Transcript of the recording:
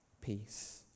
peace